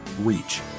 reach